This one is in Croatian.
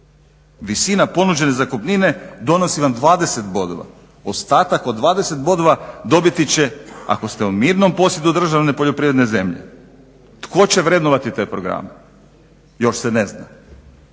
Visina ponuđene zakupnine donosi vam 20 bodova, ostatak od 20 bodova dobiti će ako ste u mirnom posjedu državne poljoprivredne zemlje. tko će vrednovati te programe? Još se ne zna.